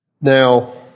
Now